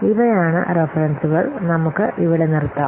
ഇവയാണ് റഫറൻസുകൾ നമുക്ക് ഇവിടെ നിർത്താം